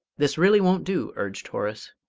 this really won't do! urged horace.